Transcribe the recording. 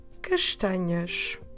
castanhas